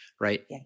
right